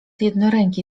jednoręki